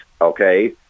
Okay